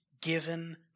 given